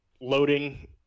Loading